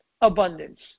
abundance